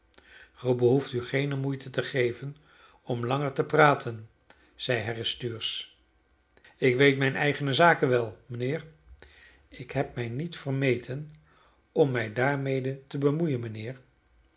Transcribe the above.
gij behoeft u geene moeite te geven om langer te praten zeide harris stuursch ik weet mijne eigene zaken wel mijnheer ik heb mij niet vermeten om mij daarmede te bemoeien mijnheer